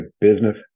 business